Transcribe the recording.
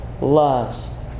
lust